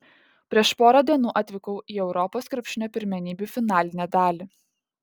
prieš porą dienų atvykau į europos krepšinio pirmenybių finalinę dalį